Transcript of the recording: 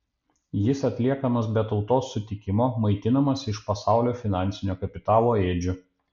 jis atliekamas be tautos sutikimo maitinamas iš pasaulio finansinio kapitalo ėdžių